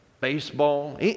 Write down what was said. baseball